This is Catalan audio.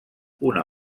una